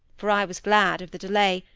for i was glad of the delay,